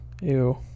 Ew